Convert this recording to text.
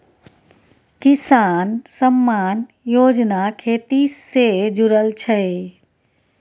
किसान सम्मान योजना खेती से जुरल छै